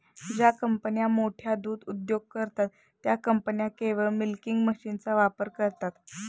ज्या कंपन्या मोठे दूध उद्योग करतात, त्या कंपन्या केवळ मिल्किंग मशीनचा वापर करतात